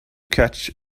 catch